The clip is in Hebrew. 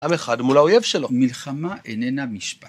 עם אחד מול האויב שלו. מלחמה איננה משפט.